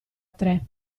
tre